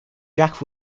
jack